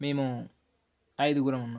మేము ఐదుగురు